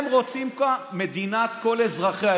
הם רוצים כאן מדינת כל אזרחיה.